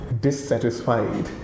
dissatisfied